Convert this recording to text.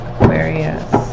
Aquarius